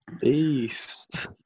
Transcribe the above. Beast